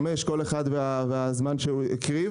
חמש שנים כל אחד והזמן שהוא הקריב.